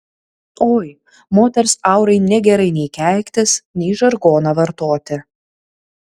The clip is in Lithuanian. oi moters aurai negerai nei keiktis nei žargoną vartoti